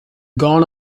gone